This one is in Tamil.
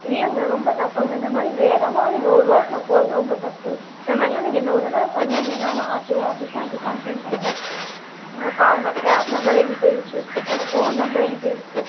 இல்லைங்க ரொம்ப தப்புங்க இந்த மாதிரி வேகமாக நீங்கள் ஒரு ரோட்டில் போகறது ரொம்ப தப்பு இந்த மாதிரிலாம் நீங்கள் இன்னும் ஒரு தடவை பண்ணிங்கன்னா நான் ஆர்டிஒ ஆஃபிஸ் தான் நான் போய் கம்ப்ளைன்ட் பண்ணுவேன் உங்கள் கா உங்கள் கேப் நம்பரு எங்ககிட்ட இருக்கு உங்கள் ஃபோன் நம்பர் எங்ககிட்ட இருக்கு